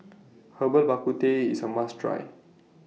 Herbal Bak Ku Teh IS A must Try